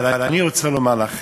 אבל אני רוצה לומר לכם,